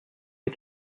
est